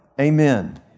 Amen